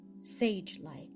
sage-like